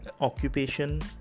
occupation